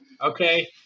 okay